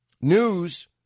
News